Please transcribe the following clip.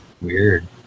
weird